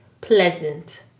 pleasant